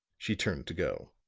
she turned to go.